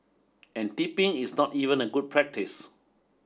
and tipping is not even a good practice